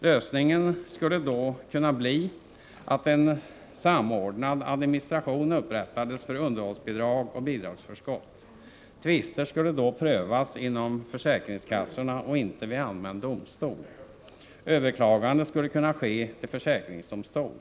Lösningen skulle då kunna bli att en samordnad administration upprättades för underhållsbidrag och bidragsförskott. Tvister skulle prövas inom försäkringskassorna och inte vid allmän domstol. Överklagande skulle kunna ske till försäkringsdomstol.